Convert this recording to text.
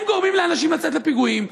הם גורמים לאנשים לצאת לפיגועים,